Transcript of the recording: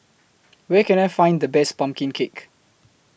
Where Can I Find The Best Pumpkin Cake